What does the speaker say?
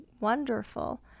wonderful